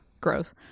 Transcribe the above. gross